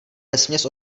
vesměs